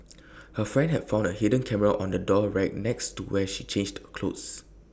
her friend had found A hidden camera on the door rack next to where she changed clothes